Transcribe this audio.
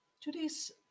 today's